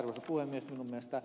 arvoisa puhemies